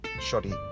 shoddy